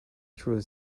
through